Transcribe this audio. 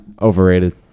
overrated